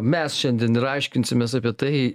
mes šiandien ir aiškinsimės apie tai